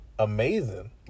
amazing